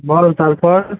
বলো তারপর